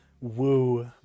woo